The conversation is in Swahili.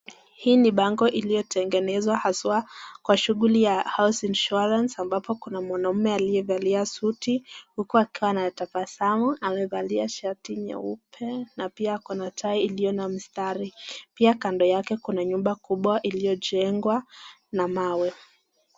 Hii ni pango iliyo tengenezwa aswaa kwa shughuli za HOUSE INSURANCE ambapo kuna mwanaume aliyevalia suti huku akiwa anatabasamu, amevalia shati nyeupe na pia ako na tai ilio na mistari pia kando yake kuna nyumba kubwa iliyojengwa na mawe.